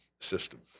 system